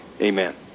Amen